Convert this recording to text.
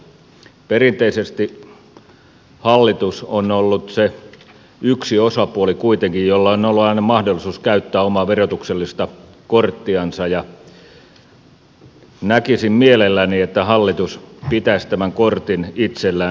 perinteisesti hallitus on ollut kuitenkin se yksi osapuoli jolla on ollut aina mahdollisuus käyttää omaa verotuksellista korttiansa ja näkisin mielelläni että hallitus pitäisi tämän kortin itsellään myös ensi vuonna